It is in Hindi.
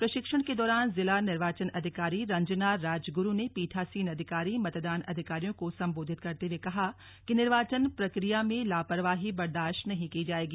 प्रशिक्षण के दौरान जिला निर्वाचन अधिकारी रंजना राजगुरू ने पीठासीन अधिकारी मतदान अधिकारियों को संबोधित करते हुए कहा कि निर्वाचन प्रक्रिया में लापरवाही बर्दाश्त नहीं की जाएगी